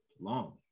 long